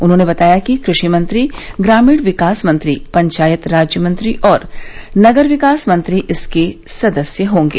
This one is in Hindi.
उन्होंने बताया कि कृषि मंत्री ग्रामीण विकास मंत्री पंचायत राज मंत्री और नगर विकास मंत्री इसके सदस्य होंगे